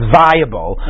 viable